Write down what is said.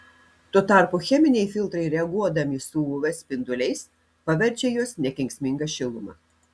tuo tarpu cheminiai filtrai reaguodami su uv spinduliais paverčia juos nekenksminga šiluma